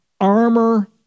armor